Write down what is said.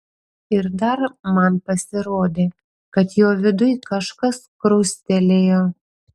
ir dar man pasirodė kad jo viduj kažkas krustelėjo